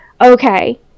Okay